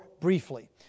briefly